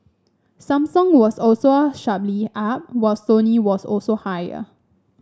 Samsung was also sharply up while Sony was also higher